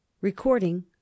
recording